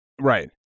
Right